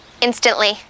Instantly